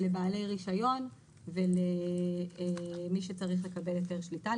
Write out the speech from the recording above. לבעלי רישיון ולמי שצריך לקבל היתר שליטה,